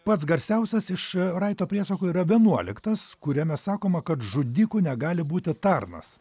pats garsiausias iš raito priesakų yra vienuoliktas kuriame sakoma kad žudiku negali būti tarnas